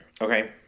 Okay